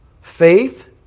Faith